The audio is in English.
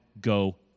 go